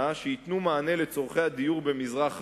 שייתנו מענה על צורכי הדיור במזרח העיר,